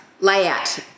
layout